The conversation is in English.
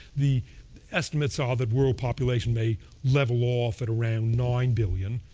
the estimates are that world population may level off at around nine billion.